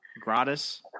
Gratis